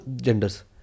genders